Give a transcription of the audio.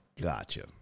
gotcha